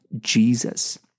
Jesus